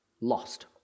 Lost